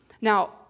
Now